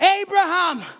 Abraham